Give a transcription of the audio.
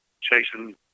chasing